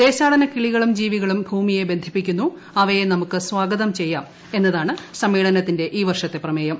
ദേശാടനക്കിളികളും ജീവികളും ഭൂമിയെ ബന്ധിപ്പിക്കുന്നു അവയെ നമുക്ക് സ്ഥാഗതം ചെയ്യാം എന്നതാണ് സമ്മേളനത്തിന്റെ ഈ വർഷത്തെ പ്രമേയം